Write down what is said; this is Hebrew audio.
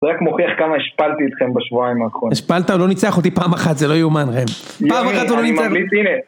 זה רק מוכיח כמה השפלתי אתכם בשבועיים האחרונים. השפלת? הוא לא ניצח אותי פעם אחת, זה לא יאומן, ראם. פעם אחת הוא לא ניצח אותי.